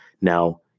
Now